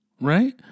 right